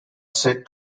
said